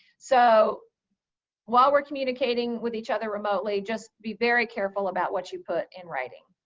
so while we're communicating with each other remotely, just be very careful about what you put in writing.